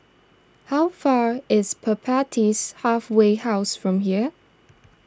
how far is Halfway House from here